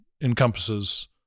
encompasses